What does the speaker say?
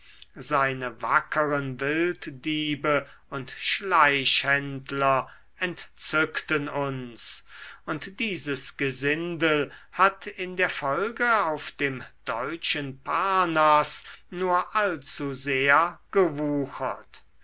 seine wackeren wilddiebe und schleichhändler entzückten uns und dieses gesindel hat in der folge auf dem deutschen parnaß nur allzu sehr gewuchert